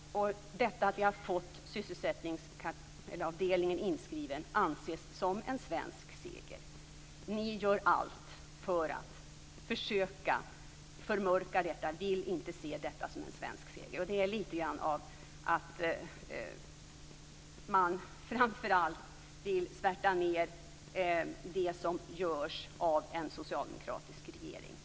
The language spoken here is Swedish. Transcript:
Detta att vi har fått sysselsättningsavdelningen inskriven anses som en svensk seger. Men ni gör allt för att försöka förmörka detta. Ni vill inte se detta som en svensk seger. Det är litet grand som att man vill svärta ned det som görs av en socialdemokratisk regering.